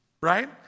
right